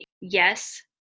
Yes